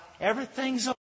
everything's